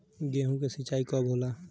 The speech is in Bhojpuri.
गेहूं के सिंचाई कब होला?